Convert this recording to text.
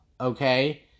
okay